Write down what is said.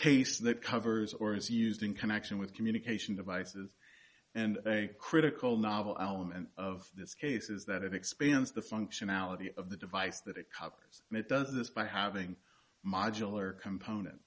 case that covers or is used in connection with communication devices and a critical novel element of this case is that it expands the functionality of the device that it covers and it does this by having modular component